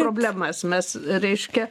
problemas mes reiškia